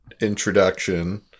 introduction